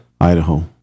Idaho